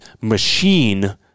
machine